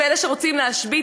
פלא שרוצים להשבית?